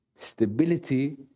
Stability